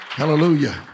Hallelujah